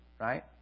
right